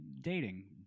dating